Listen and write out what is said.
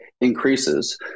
increases